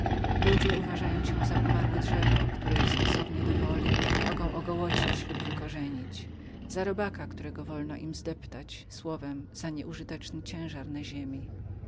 ludzie uważają cię za umarłe drzewo które stosownie do woli mogą ogołocić lub wykorzenić za robaka którego wolno im zdeptać słowem za nieużyteczny ciężar na ziemi